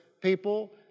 people